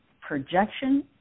projection